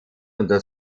unter